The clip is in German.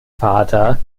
vater